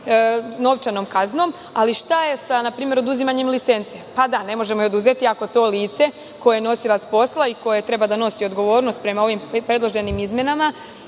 novčanom kaznom. Ali, šta je npr. sa oduzimanjem licence? Ne možemo je oduzeti ako to lice koje je nosilac posla i koje treba da nosi odgovornost prema ovim predloženim izmenama